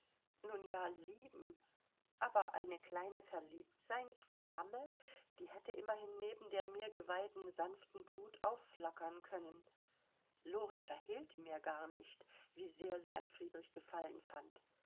nun ja lieben aber eine kleine verliebtseinsflamme die hätte immerhin neben der mir geweihten sanften glut aufflackern können lori verhehlte mir gar nicht wie sehr sie an friedrich gefallen fand